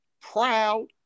proud